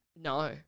No